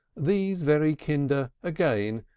these very kinder, again,